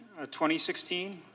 2016